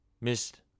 missed